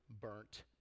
burnt